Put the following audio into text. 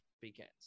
begins